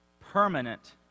permanent